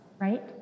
right